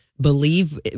believe